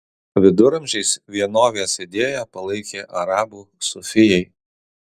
viduramžiais vienovės idėją palaikė arabų sufijai